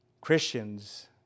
Christians